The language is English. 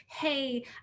hey